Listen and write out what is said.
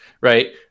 right